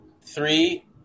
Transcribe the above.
three